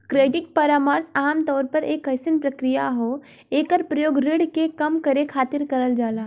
credit परामर्श आमतौर पर एक अइसन प्रक्रिया हौ एकर प्रयोग ऋण के कम करे खातिर करल जाला